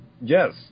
Yes